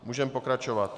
Můžeme pokračovat.